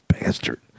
bastard